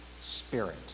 spirit